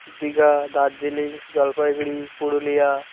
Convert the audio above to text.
Digha Darjeeling Jalpaiguri Purulia